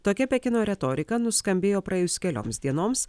tokia pekino retorika nuskambėjo praėjus kelioms dienoms